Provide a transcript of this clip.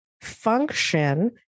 function